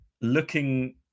looking